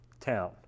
town